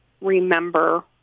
remember